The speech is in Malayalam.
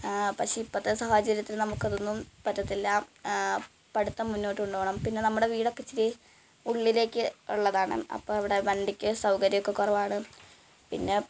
പക്ഷേ ഇപ്പോഴത്തെ സാഹചര്യത്തില് നമുക്കതൊന്നും പറ്റത്തില്ല പഠിത്തം മുന്നോട്ട് കൊണ്ടുപോവണം പിന്നെ നമ്മുടെ വീടൊക്കെ ഇച്ചിരി ഉള്ളിലേക്ക് ഉള്ളതാണ് അപ്പോൾ അവിടെ വണ്ടിക്ക് സൗകര്യമൊക്കെ കുറവാണ് പിന്നെ